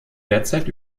derzeit